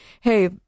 hey